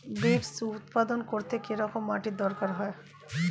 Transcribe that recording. Beets উৎপাদন করতে কেরম মাটির দরকার হয়?